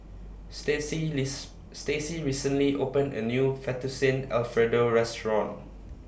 Stacy Stacy recently opened A New Fettuccine Alfredo Restaurant